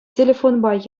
телефонпа